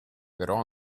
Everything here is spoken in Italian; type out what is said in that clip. però